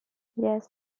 yes